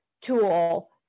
tool